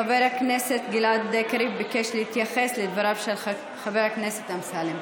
חבר הכנסת גלעד קריב ביקש להתייחס לדבריו של חבר הכנסת אמסלם.